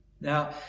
Now